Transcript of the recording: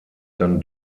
dann